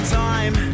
time